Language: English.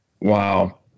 Wow